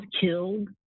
killed